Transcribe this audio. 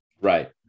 Right